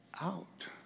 out